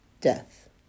death